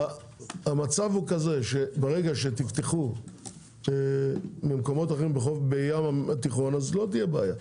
המצב הוא כזה שברגע שתפתחו במקומות אחרים בים התיכון לא תהיה בעיה.